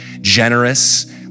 generous